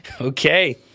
okay